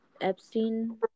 Epstein